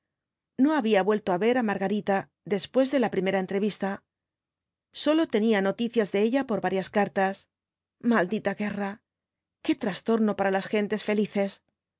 no había vuelto á ver á margarita después de la primera entrevista sólo tenía noticias de ella por varias cartas maldita guerra qué trastorno para las gentes felices